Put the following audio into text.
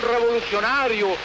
revolucionario